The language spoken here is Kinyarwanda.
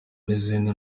n’izindi